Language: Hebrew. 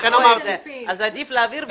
לכן אמרתי -- אז עדיף להעביר,